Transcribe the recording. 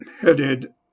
headed